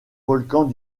volcans